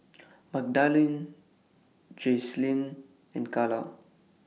Magdalene Jaclyn and Kala